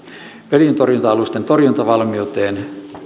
öljyntorjunta alusten torjuntavalmiuteen